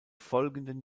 folgenden